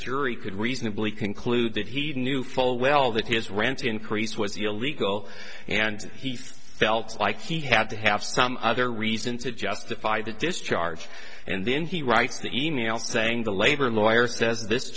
jury could reasonably conclude that he knew full well that his rant increase was illegal and he felt like he had to have some other reason to justify that discharge and then he writes the e mail saying the labor lawyer says this